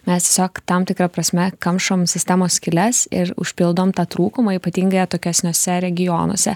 mes siesiog tam tikra prasme kamšom sistemos skyles ir užpildom tą trūkumą ypatingai atokesniuose regionuose